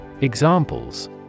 Examples